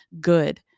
good